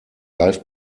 live